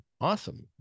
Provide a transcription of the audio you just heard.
awesome